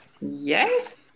yes